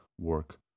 work